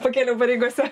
pakėliau pareigose